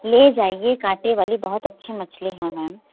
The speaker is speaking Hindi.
ले जाइए काँटे वाली बहुत अच्छी मछली है मैम